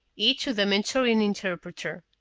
each with a mentorian interpreter.